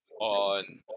on